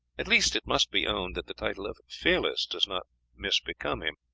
at least it must be owned that the title of fearless does not misbecome him,